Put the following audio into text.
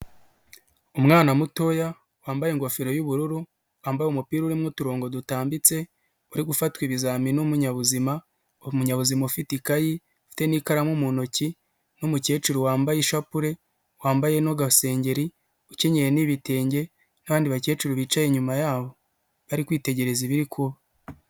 Umwana mutoya wambaye ingofero y'ubururu, wambaye umupira urimo uturongo dutambitse, uri gufatwa ibizamini n'umuinyabuzima, umunyabuzima ufite ikayi, afite n'ikaramu mu ntoki, n'umukecuru wambaye ishapure, wambaye n'agasengeri, ukenyeye n'ibitenge n'abandi bakecuru bicaye inyuma yabo, bari kwitegereza ibiri kuba.